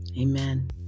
Amen